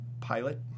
pilot